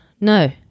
No